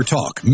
Talk